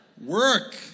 Work